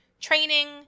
training